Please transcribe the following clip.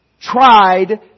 tried